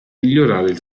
migliorare